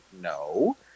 No